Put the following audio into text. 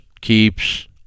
keeps